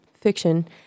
fiction